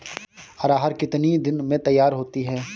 अरहर कितनी दिन में तैयार होती है?